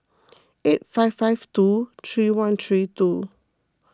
eight five five two three one three two